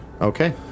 Okay